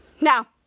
now